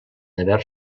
haver